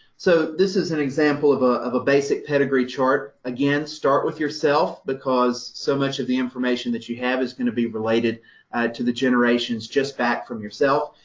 so this is an example of ah of a basic pedigree chart. again, start with yourself, because so much of the information that you have is going to be related to the generations just back from yourself.